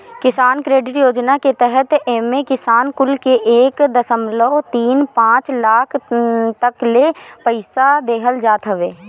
किसान क्रेडिट योजना के तहत एमे किसान कुल के एक दशमलव तीन पाँच लाख तकले पईसा देहल जात हवे